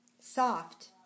soft